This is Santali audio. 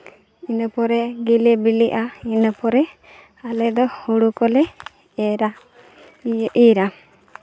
ᱤᱱᱟᱹ ᱯᱚᱨᱮ ᱜᱮᱞᱮ ᱵᱤᱞᱤᱜᱼᱟ ᱤᱱᱟᱹ ᱯᱚᱨᱮ ᱟᱞᱮ ᱫᱚ ᱦᱩᱲᱩ ᱠᱚᱞᱮ ᱮᱨᱟ ᱤᱨᱟ